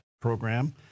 program